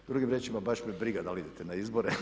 Drugim riječima, baš me briga da li idete na izbore.